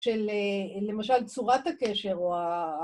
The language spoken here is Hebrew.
של למשל צורת הקשר או ה...